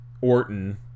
Orton